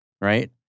Right